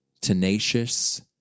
tenacious